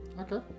Okay